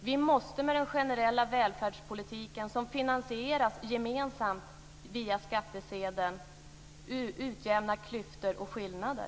Vi måste med den generella välfärdspolitiken, som finansieras gemensamt via skattesedeln, utjämna klyftor och skillnader.